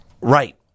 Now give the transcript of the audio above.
Right